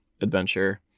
adventure